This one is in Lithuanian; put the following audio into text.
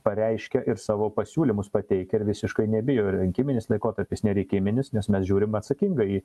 pareiškę ir savo pasiūlymus pateikę ir visiškai nebijo rinkiminis laikotarpis nereikiminis nes mes žiūrim atsakingai